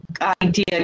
idea